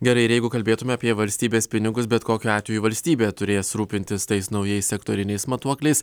gerai jeigu kalbėtumėme apie valstybės pinigus bet kokiu atveju valstybė turės rūpintis tais naujais sektoriniais matuokliais